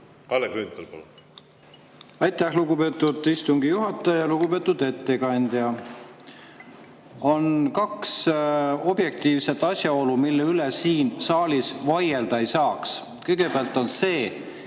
Kalle Grünthal, palun! Aitäh, lugupeetud istungi juhataja! Lugupeetud ettekandja! On kaks objektiivset asjaolu, mille üle siin saalis vaielda ei saa. Kõigepealt see,